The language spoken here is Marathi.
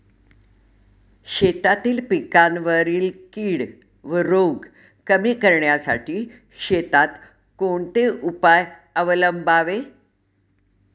शेतातील पिकांवरील कीड व रोग कमी करण्यासाठी शेतात कोणते उपाय अवलंबावे?